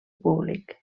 públic